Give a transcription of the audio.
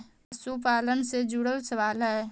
पशुपालन से जुड़ल सवाल?